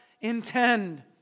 intend